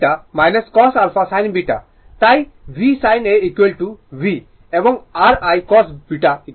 সুতরাং sin α cos β cos α sin β তাই V sin α V এবং r I cos β I